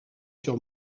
sur